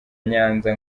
nyanza